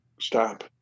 stop